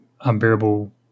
unbearable